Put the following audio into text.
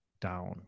down